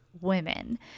women